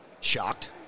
shocked